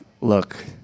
look